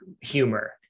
humor